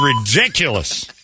ridiculous